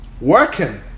Working